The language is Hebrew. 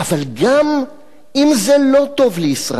אבל גם אם זה לא טוב לישראל,